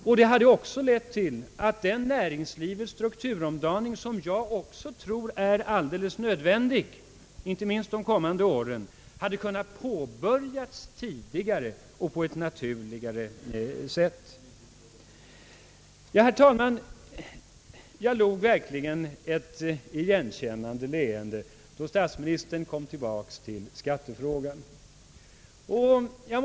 Följden hade också blivit att näringslivets strukturomdaning, som jag anser vara absolut nödvändig, inte minst under de kommande åren, hade kunnat påbörjas tidigare och på ett naturligare sätt. Herr talman, jag log verkligen ett igenkännande leende när statsministern kom tillbaka till skattefrågan.